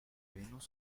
venus